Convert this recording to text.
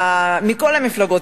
מכל המפלגות,